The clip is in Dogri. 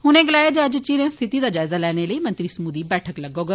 उन्ने गलाया जे अज्ज चिरे स्थिति दा जायजा लैने लेई मंत्री समूह दी बैठक लग्गौग